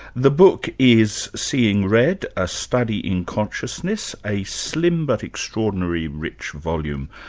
the book is seeing red a study in consciousness, a slim, but extraordinarily rich volume.